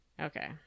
okay